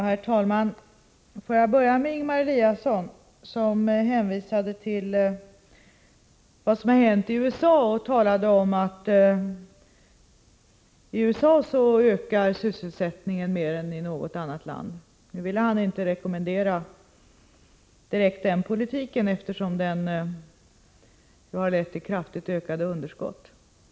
Herr talman! Får jag börja med att vända mig till Ingemar Eliasson som hänvisade till vad som hänt i USA. Han talade om att i USA ökar sysselsättningen mer än i något annat land. Nu ville han inte rekommendera just den politiken, eftersom den ju har lett till kraftigt ökat underskott i statens finanser.